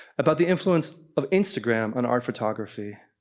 about the influence of instagram on our photography,